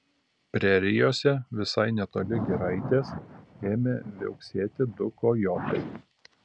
prerijose visai netoli giraitės ėmė viauksėti du kojotai